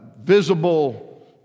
visible